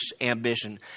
ambition